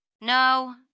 No